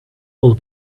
will